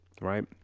Right